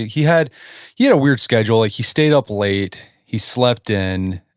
he had he had a weird schedule. he stayed up late. he slept in.